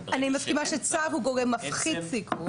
אני מסכימה שצו הוא גורם מפחית סיכון.